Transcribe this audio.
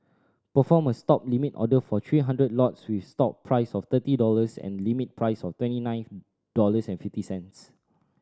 perform a Stop limit order for three hundred lots with stop price of thirty dollars and limit price of twenty nine dollars and fifty cents